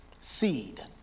seed